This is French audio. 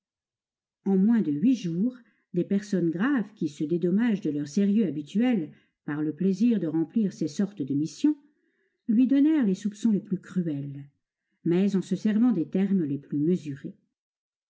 en moins de huit jours des personnes graves qui se dédommagent de leur sérieux habituel par le plaisir de remplir ces sortes de missions lui donnèrent les soupçons les plus cruels mais en se servant des termes les plus mesurés